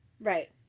Right